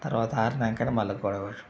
తర్వాత ఆరినాక మళ్ళా గోడ పెట్టుడు